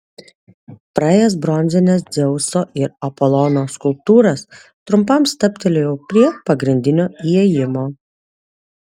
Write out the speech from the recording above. praėjęs bronzines dzeuso ir apolono skulptūras trumpam stabtelėjau prie pagrindinio įėjimo